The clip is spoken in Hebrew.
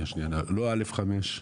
לא א.5.